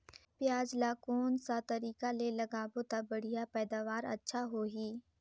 पियाज ला कोन सा तरीका ले लगाबो ता बढ़िया पैदावार अच्छा होही?